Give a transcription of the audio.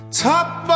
top